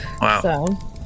Wow